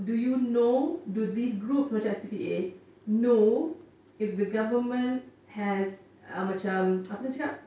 do you know do these groups which are S_P_C_A know if the government has a macam apa tu cakap